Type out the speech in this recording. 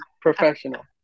professional